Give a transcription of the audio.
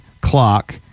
Clock